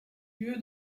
lieu